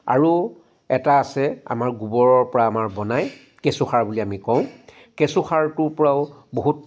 আৰু এটা আছে আমাৰ গোবৰৰ পৰা আমাৰ বনায় কেঁচু সাৰ বুলি আমি কওঁ কেঁচু সাৰটোৰ পৰাও বহুত